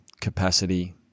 capacity